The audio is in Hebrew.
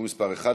יציג את החוק,